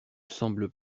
sembles